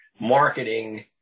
marketing